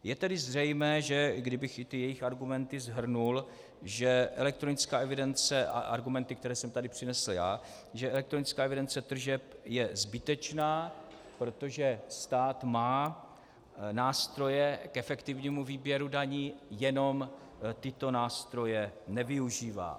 Je tedy zřejmé, že kdybych ty jejich argumenty shrnul, že elektronická evidence a argumenty, které jsem tady přinesl já, že elektronická evidence tržeb je zbytečná, protože stát má nástroje k efektivnímu výběru daní, jenom tyto nástroje nevyužívá.